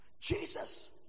Jesus